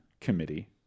committee